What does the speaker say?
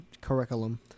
curriculum